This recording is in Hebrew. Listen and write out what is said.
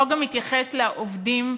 החוק גם מתייחס לעובדים.